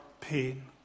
pain